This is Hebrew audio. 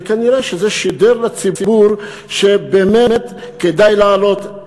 וכנראה זה שידר לציבור שבאמת כדאי לעלות,